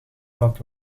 plat